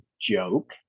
joke